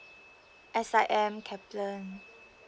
S_I_M Kaplan